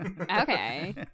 Okay